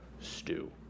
stew